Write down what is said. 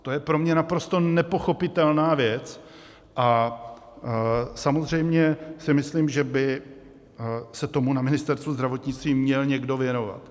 To je pro mě naprosto nepochopitelná věc a samozřejmě si myslím, že by se tomu na Ministerstvu zdravotnictví měl někdo věnovat.